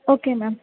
okay ma'am